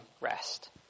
rest